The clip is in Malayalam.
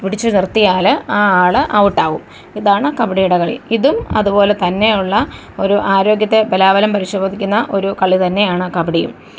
പിടിച്ചു നിർത്തിയാല് ആ ആള് ഔട്ടാകും ഇതാണ് കബഡിയുടെ കളി ഇതും അതുപോലെ തന്നെ ഉള്ള ഒരു ആരോഗ്യത്തെ ബലാബലം പരിശോധിക്കുന്ന ഒരു കളി തന്നെയാണ് കബഡിയും